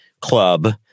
Club